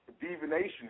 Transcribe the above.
divination